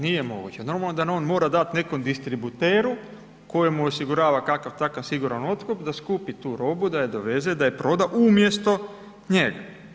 Nije moguće, normalno da on mora dat nekom distributeru koji mu osigurava kakav takav siguran otkup da skupi tu robu, da je doveze, da je proda umjesto njega.